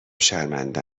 شرمنده